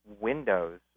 Windows